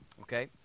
Okay